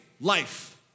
life